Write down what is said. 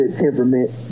temperament